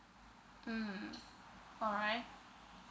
mm alright